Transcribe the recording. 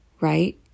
right